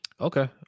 Okay